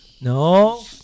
No